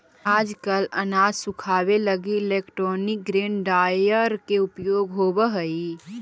आजकल अनाज सुखावे लगी इलैक्ट्रोनिक ग्रेन ड्रॉयर के उपयोग होवऽ हई